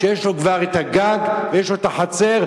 כשיש לו כבר הגג ויש לו החצר,